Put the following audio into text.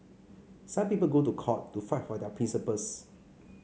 some people go to court to fight for their principles